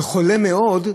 וחולה מאוד,